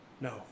No